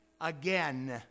again